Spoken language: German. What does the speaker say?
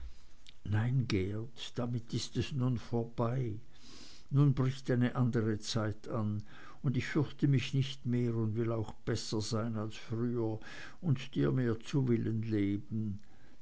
nein geert damit ist es nun vorbei nun bricht eine andere zeit an und ich fürchte mich nicht mehr und will auch besser sein als früher und dir mehr zu willen leben